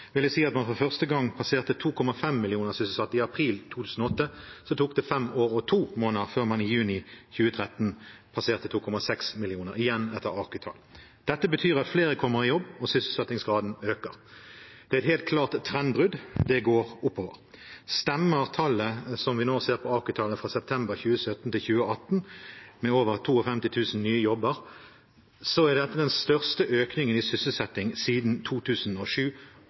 vil jeg si at man for første gang passerte 2,5 millioner sysselsatte i april 2008. Så tok det fem år og to måneder før man i juni 2013 passerte 2,6 millioner – igjen ifølge AKU-tall. Dette betyr at flere kommer i jobb, og at sysselsettingsgraden øker. Det er et helt klart trendbrudd – det går oppover. Stemmer AKU-tallene for september 2017–september 2018 som vi nå ser, med over 52 000 nye jobber, er dette den største økningen i sysselsetting siden